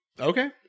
okay